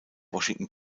washington